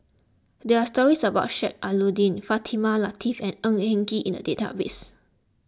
there are stories about Sheik Alau'ddin Fatimah Lateef and Ng Eng Kee in the database